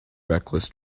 reckless